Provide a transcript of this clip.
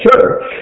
church